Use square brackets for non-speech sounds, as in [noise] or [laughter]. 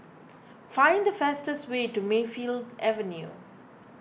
[noise] find the fastest way to Mayfield Avenue